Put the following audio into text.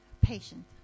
patient